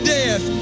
death